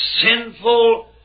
sinful